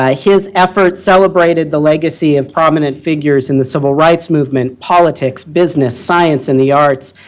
ah his efforts celebrated the legacy of prominent figures in the civil rights movement, politics, business, science, and the arts.